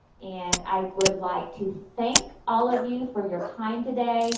and i would like to thank all of you for your time today.